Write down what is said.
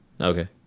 Okay